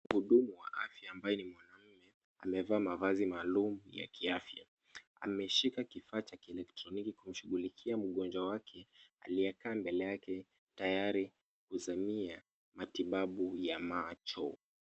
Mhudumu wa afya ambaye ni mwanaume amevaa mavazi maalum ya kiafya. Ameshika kifaa cha kielektroniki kumshughulikia mgonjwa wake aliyekaa mbele yake tayari kuzamia matibabu ya macho.